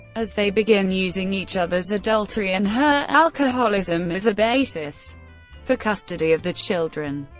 as they begin using each other's adultery and her alcoholism as a basis for custody of the children.